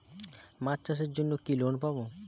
মাছ চাষের জন্য কি লোন পাব?